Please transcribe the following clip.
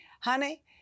Honey